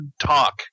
talk